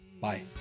Bye